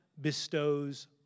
bestows